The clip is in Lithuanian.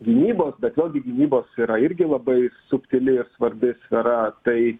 gynybos bet vėlgi gynybos yra irgi labai subtili ir svarbi sfera tai